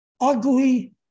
ugly